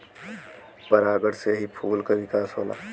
परागण से ही फूल क विकास होला